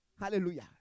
Hallelujah